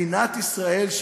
מדינת ישראל,